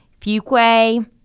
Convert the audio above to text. Fuquay